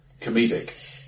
comedic